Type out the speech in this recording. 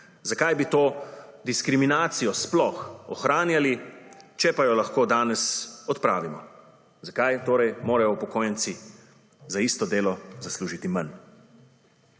Zakaj bi to diskriminacijo sploh ohranjali, če pa jo lahko danes odpravimo? Zakaj torej morajo upokojenci za isto delo zaslužiti manj?